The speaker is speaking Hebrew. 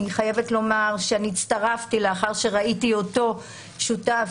אני חייבת לומר שאני הצטרפתי לאחר שראיתי אותו שותף,